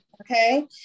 okay